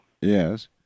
Yes